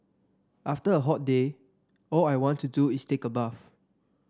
after a hot day all I want to do is take a bath